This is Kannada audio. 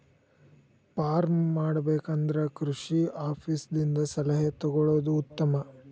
ಪಾರ್ಮ್ ಮಾಡಬೇಕು ಅಂದ್ರ ಕೃಷಿ ಆಪೇಸ್ ದಿಂದ ಸಲಹೆ ತೊಗೊಳುದು ಉತ್ತಮ